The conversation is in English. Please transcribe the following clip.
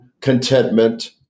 contentment